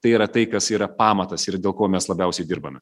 tai yra tai kas yra pamatas ir dėl ko mes labiausiai dirbame